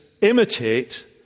imitate